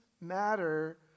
matter